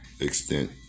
extent